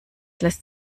lässt